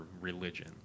religion